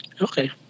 Okay